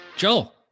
Joel